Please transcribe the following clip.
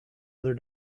other